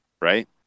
right